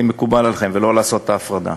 ולא אעשה הפרדה.